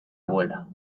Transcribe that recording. abuela